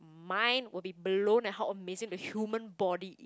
mind will be blown at how amazing the human body